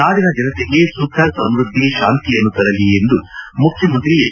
ನಾಡಿನ ಜನತೆಗೆ ಸುಖ ಸಮೃದ್ದಿ ಶಾಂತಿಯನ್ನು ತರಲಿ ಎಂದು ಮುಖ್ದಮಂತ್ರಿ ಎಚ್